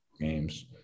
games